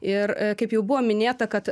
ir kaip jau buvo minėta kad